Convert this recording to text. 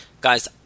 Guys